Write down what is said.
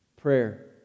Prayer